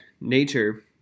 nature